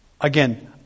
Again